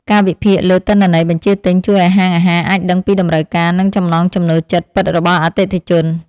ការវិភាគលើទិន្នន័យបញ្ជាទិញជួយឱ្យហាងអាហារអាចដឹងពីតម្រូវការ និងចំណង់ចំណូលចិត្តពិតរបស់អតិថិជន។